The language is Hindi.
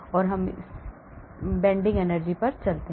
अब हम bending energy पर चलते हैं